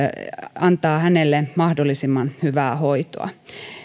antaa hänelle mahdollisimman hyvää hoitoa